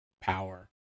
power